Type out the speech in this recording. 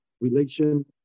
relation